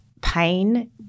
pain